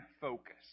focus